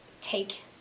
take